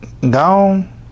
gone